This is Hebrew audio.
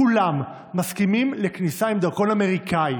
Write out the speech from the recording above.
כולם מסכימים לכניסה עם דרכון אמריקאי.